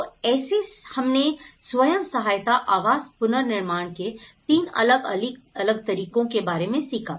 तो ऐसे हमने स्वयं सहायता आवास पुनर्निर्माण के तीन अलग अलग तरीकों के बारे में सीखा